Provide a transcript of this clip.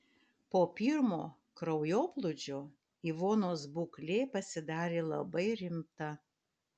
po pirmo kraujoplūdžio ivonos būklė pasidarė labai rimta